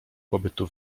pobytu